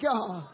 God